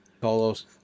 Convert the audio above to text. Carlos